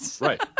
Right